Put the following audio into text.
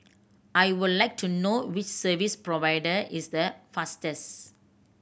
I would like to know which service provider is the fastest